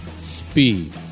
Speed